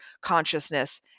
consciousness